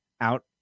out